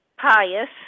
pious